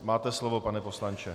Máte slovo, pane poslanče.